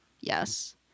Yes